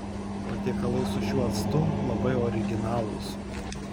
patiekalai su šiuo actu labai originalūs